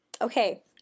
Okay